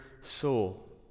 soul